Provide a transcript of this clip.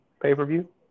pay-per-view